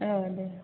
औ दे